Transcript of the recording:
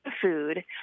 food